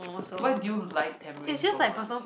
why do you like Tamarind so much